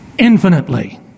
infinitely